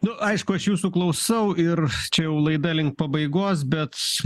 nu aišku aš jūsų klausau ir čia jau laida link pabaigos bet